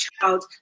child